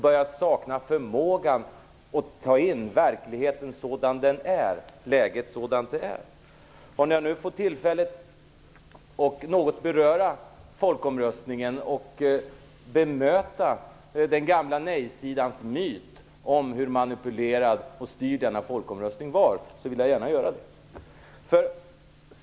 Förmågan saknas att ta in verkligheten sådan den är - läget sådant det är. När jag nu får tillfälle att något beröra folkomröstningen och att bemöta den gamla nejsidans myt om hur manipulerad och styrd denna folkomröstning var, så vill jag gärna utnyttja det.